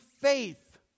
faith